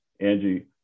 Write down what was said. Angie